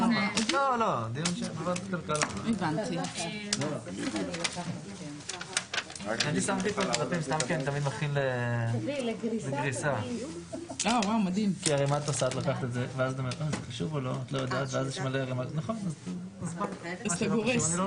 ננעלה בשעה 13:27.